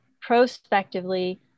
prospectively